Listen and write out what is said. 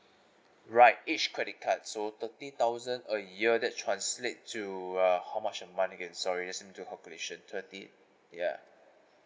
right each credit card so thirty thousand a year that translates to uh how much a month it can so it is into calculation thirty ya